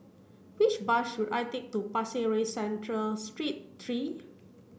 which bus should I take to Pasir Ris Central Street three